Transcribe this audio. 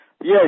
yes